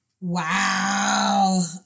Wow